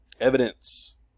evidence